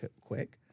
quick